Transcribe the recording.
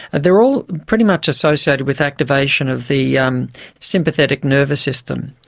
they are all pretty much associated with activation of the um sympathetic nervous system,